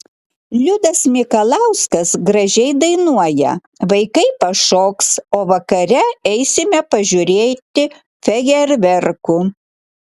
liudas mikalauskas gražiai dainuoja vaikai pašoks o vakare eisime pažiūrėti fejerverkų